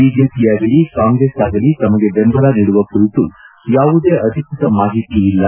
ಬಿಜೆಪಿಯಾಗಲಿ ಕಾಂಗ್ರೆಸ್ ಆಗಲಿ ತಮಗೆ ಬೆಂಬಲ ನೀಡುವ ಕುರಿತು ಯಾವುದೇ ಅಧಿಕೃತ ಮಾಹಿತಿ ಇಲ್ಲ